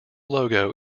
logo